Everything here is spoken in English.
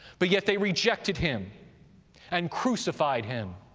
but yet they rejected him and crucified him.